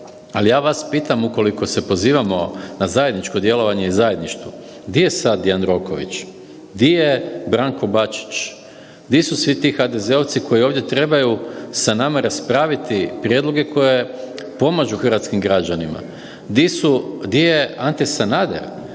Ali, ja vas pitam, ukoliko se pozivamo na zajedničko djelovanje i zajedništvo, di je sad Jandroković? Di je Branko Bačić? Di su svi ti HDZ-ovci koji ovdje trebaju sa nama raspraviti prijedloge koje pomažu hrvatskim građanima? Di su, di je Ante Sanader